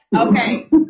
Okay